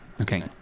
Okay